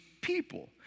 people